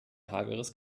hageres